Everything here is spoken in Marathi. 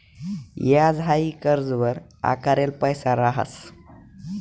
याज हाई कर्जवर आकारेल पैसा रहास